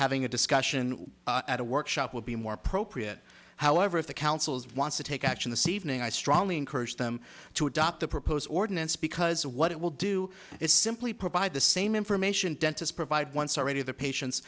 having a discussion at a workshop would be more appropriate however if the council's wants to take action to see evening i strongly encourage them to adopt the proposed ordinance because what it will do is simply provide the same information dentists provide once already the patien